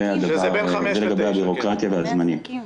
זה לגבי הבירוקרטיה והזמנים.